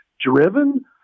driven